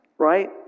Right